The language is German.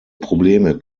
probleme